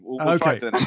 Okay